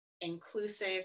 inclusive